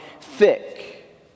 thick